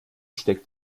steckt